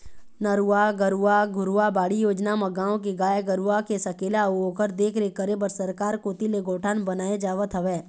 नरूवा, गरूवा, घुरूवा, बाड़ी योजना म गाँव के गाय गरूवा के सकेला अउ ओखर देखरेख करे बर सरकार कोती ले गौठान बनाए जावत हवय